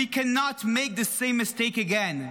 We cannot make the same mistake again.